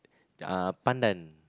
uh pandan